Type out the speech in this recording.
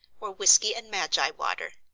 or whiskey and magi water.